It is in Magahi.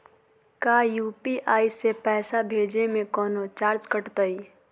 का यू.पी.आई से पैसा भेजे में कौनो चार्ज कटतई?